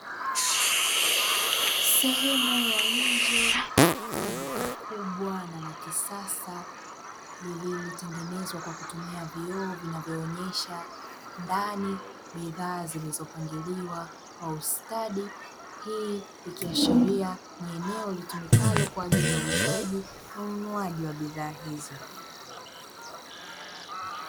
Sehemu ya nje ya duka kubwa na la kisasa lililotengenezwa kwa kutumia vioo vinavoonyesha ndani, bidhaa zilizopangiliwa kwa ustadi. Hii ikiashiria ni eneo litumikalo kwa ajili ya uuzaji na ununuaji wa bidhaa hizo.